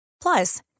Plus